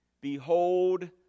Behold